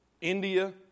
India